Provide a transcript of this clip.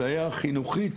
חינוכית,